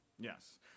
Yes